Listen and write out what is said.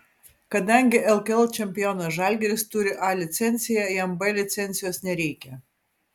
kadangi lkl čempionas žalgiris turi a licenciją jam b licencijos nereikia